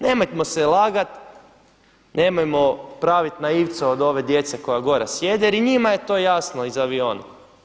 Nemojmo se lagati, nemojmo praviti naivca od ove djece koja gore sjede jer i njima je to jasno iz aviona.